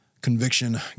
conviction